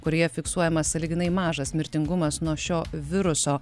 kurioje fiksuojamas sąlyginai mažas mirtingumas nuo šio viruso